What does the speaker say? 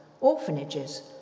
orphanages